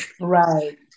right